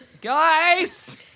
Guys